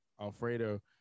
Alfredo